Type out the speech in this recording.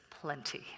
plenty